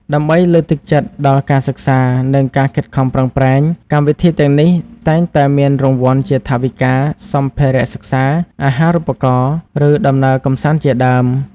ដើម្បីលើកទឹកចិត្តដល់ការសិក្សា និងការខិតខំប្រឹងប្រែង កម្មវិធីទាំងនេះតែងតែមានរង្វាន់ជាថវិកា សម្ភារសិក្សា អាហារូបករណ៍ ឬដំណើរកម្សាន្តជាដើម។